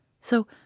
So